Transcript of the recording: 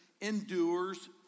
endures